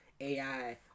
AI